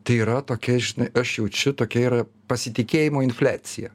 tai yra tokia žinai aš jaučiu tokia yra pasitikėjimo infliacija